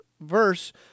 verse